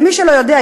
למי שלא יודע,